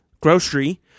grocery